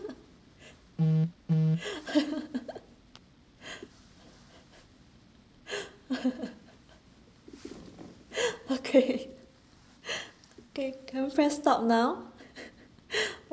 okay can can we press stop now